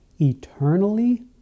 eternally